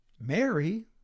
Mary